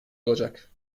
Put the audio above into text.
olacak